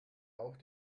auch